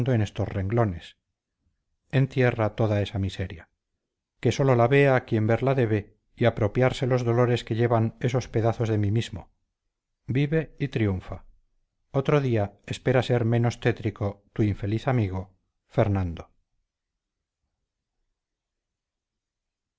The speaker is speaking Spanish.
en estos renglones entierra toda esa miseria que sólo la vea quien verla debe y apropiarse los dolores que llevan esos pedazos de mí mismo vive y triunfa otro día espera ser menos tétrico tu infeliz amigo fernando